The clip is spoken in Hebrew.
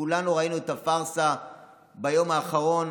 כולנו ראינו את הפארסה ביום האחרון,